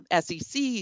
SEC